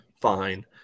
fine